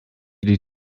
die